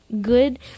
good